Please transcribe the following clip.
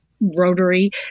Rotary